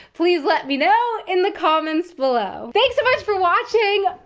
please let me know in the comments below. thanks so much for watching.